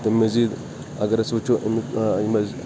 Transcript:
تمہِ مٔزیٖد اَگر أسۍ وُچھو امیُک یِم حظ